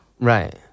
Right